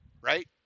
right